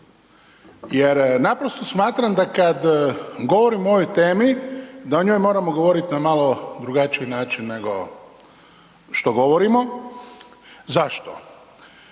Jer naprosto smatram da kad govorim o ovoj temi, a o njoj moramo govoriti na malo drugačiji način nego što govorimo. Zašto?